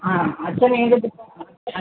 ആ അച്ഛനേത് ഡിപ്പാർട്ട്മെൻറ്റാ